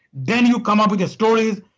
then you come up with your stories,